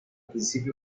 principio